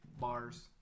Bars